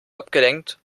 abgelenkt